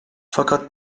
fakat